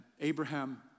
Abraham